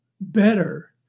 better